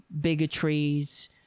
bigotries